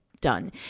done